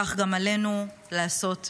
כך גם עלינו לעשות היום.